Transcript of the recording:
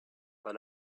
pas